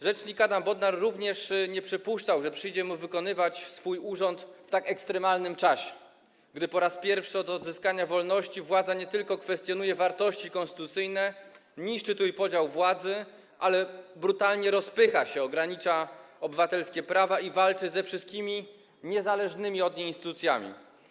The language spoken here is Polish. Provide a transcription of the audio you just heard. Rzecznik Adam Bodnar również nie przypuszczał, że przyjdzie mu wykonywać swój urząd w tak ekstremalnym czasie, gdy po raz pierwszy od odzyskania wolności władza nie tylko kwestionuje wartości konstytucyjne, niszczy trójpodział władzy, ale też brutalnie rozpycha się, ogranicza obywatelskie prawa i walczy ze wszystkimi niezależnymi od niej instytucjami.